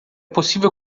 possível